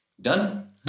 Done